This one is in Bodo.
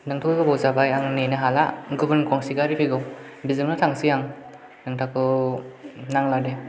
नोंथ' गोबाव जाबाय आं नेनो हाला गुबुन गंसे गारि फैगौ बेजोंनो थांसै आं नोंथांखौ नांला दे